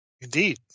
Indeed